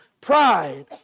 Pride